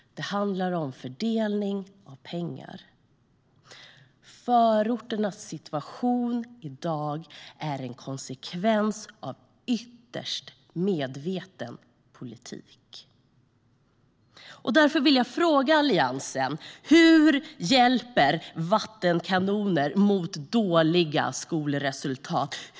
Det handlar om fördelning av pengar. Förorternas situation i dag är en konsekvens av ytterst medveten politik. Därför vill jag fråga Alliansen: Hur hjälper vattenkanoner mot dåliga skolresultat?